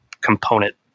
component